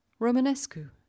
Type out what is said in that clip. Romanescu